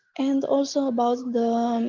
and also about the.